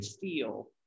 feel